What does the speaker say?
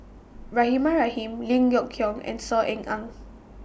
Rahimah Rahim Lim Yok Qiong and Saw Ean Ang